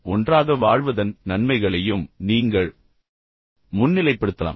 ஒன்றாக வாழ்வதன் நன்மைகளையும் நீங்கள் முன்னிலைப்படுத்தலாம்